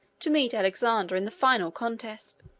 to meet alexander in the final contest.